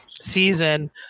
season